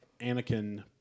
Anakin